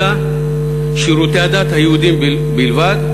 אלא שירותי הדת היהודיים בלבד.